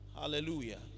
Hallelujah